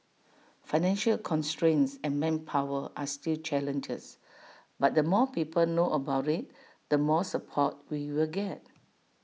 financial constraints and manpower are still challenges but the more people know about IT the more support we will get